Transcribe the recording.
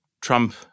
Trump